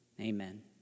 Amen